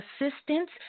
assistance